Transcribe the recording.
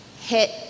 hit